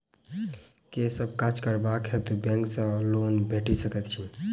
केँ सब काज करबाक हेतु बैंक सँ लोन भेटि सकैत अछि?